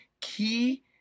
key